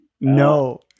no